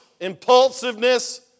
impulsiveness